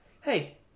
Hey